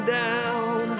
down